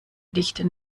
dicht